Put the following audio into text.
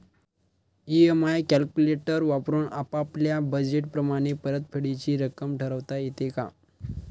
EMI calculator वापरून आपापल्या budget प्रमाणे परतफेडीची रक्कम ठरवता येते का?